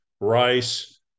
Rice